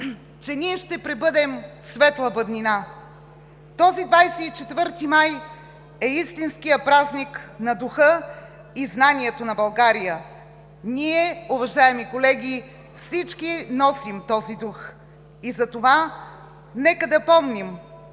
че ние ще пребъдем светла бъднина. Този 24 май е истинският празник на духа и знанието на България. Ние, уважаеми колеги, всички носим този дух и затова нека да помним: